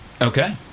Okay